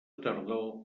tardor